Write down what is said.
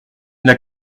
n’a